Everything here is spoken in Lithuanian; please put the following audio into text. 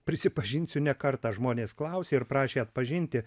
prisipažinsiu ne kartą žmonės klausė ir prašė atpažinti